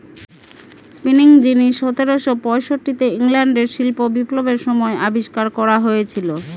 spinning jenny সতেরোশো পয়ষট্টিতে ইংল্যান্ডে শিল্প বিপ্লবের সময় আবিষ্কার করা হয়েছিল